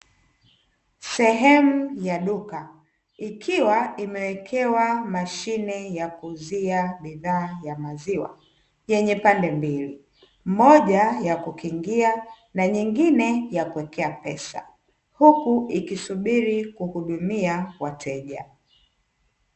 Sehemu ya duka ikiwa umewekewa mashine ya kuuzia bidhaa za maziwa yenye pande mbili, moja ya kukingia na moja ya kuwekewa pesa, huku ikisubiri wateja.